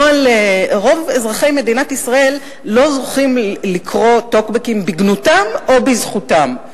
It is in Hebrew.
רוב אזרחי ישראל לא זוכים לקרוא טוקבקים בגנותם או בזכותם.